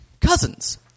Cousins